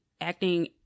acting